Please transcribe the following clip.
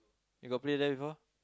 you got play there before